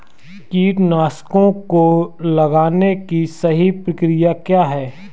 कीटनाशकों को लगाने की सही प्रक्रिया क्या है?